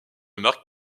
marc